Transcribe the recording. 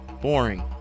boring